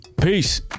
peace